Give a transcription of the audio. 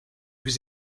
was